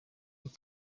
ubwo